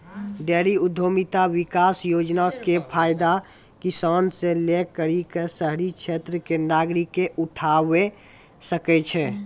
dairy उद्यमिता विकास योजना के फायदा किसान से लै करि क शहरी क्षेत्र के नागरिकें उठावै सकै छै